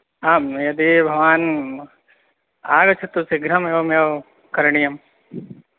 आं यदि भवान् आगच्छतु शीघ्रमेवमेवं करणीयं